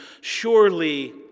surely